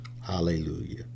hallelujah